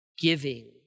giving